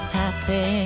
happy